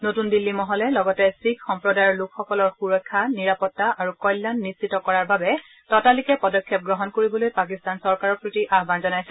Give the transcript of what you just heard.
নতুন দিল্লী মহলে লগতে শিখ সম্প্ৰদায়ৰ লোকসকলৰ সুৰক্ষা নিৰাপত্তা আৰু কল্যাণ নিশ্চিত কৰাৰ বাবে ততালিকে পদক্ষেপ গ্ৰহণ কৰিবলৈ পাকিস্তান চৰকাৰৰ প্ৰতি আহান জনাইছে